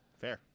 fair